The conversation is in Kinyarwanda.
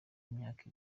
imyaka